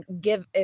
give